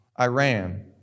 Iran